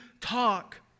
talk